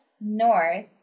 north